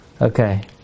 Okay